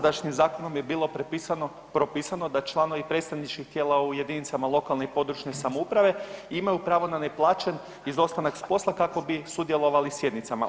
Dosadašnjim zakonom je bilo propisano da članovi predstavničkih tijela u jedinicama lokalne i područne samouprave imaju pravo na neplaćen izostanak sa posla kako bi sudjelovali sjednicama.